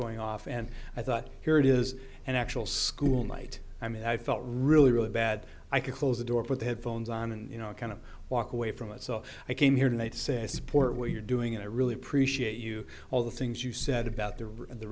going off and i thought here it is an actual school night i mean i felt really really bad i could close the door put the headphones on and you know kind of walk away from it so i came here and they say i support what you're doing and i really appreciate you all the things you said